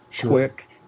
quick